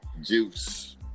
Juice